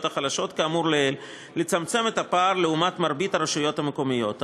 החלשות כאמור לעיל לצמצם את הפער לעומת מרבית הרשויות המקומיות.